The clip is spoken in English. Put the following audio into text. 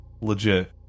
legit